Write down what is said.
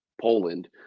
Poland